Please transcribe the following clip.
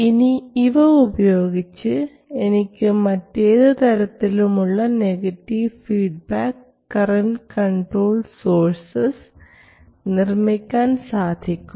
ഇനി ഇവ ഉപയോഗിച്ച് എനിക്ക് മറ്റേതു തരത്തിലുമുള്ള negative feedback controlled current sources നിർമ്മിക്കാൻ സാധിക്കും